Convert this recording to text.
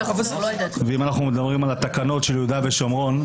אם אנחנו מדברים על התקנות של יהודה ושומרון,